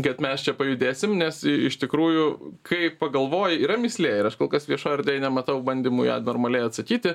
kad mes čia pajudėsim nes iš tikrųjų kai pagalvoji yra mįslė ir aš kol kas viešoj erdvėj nematau bandymų į ją normaliai atsakyti